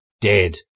dead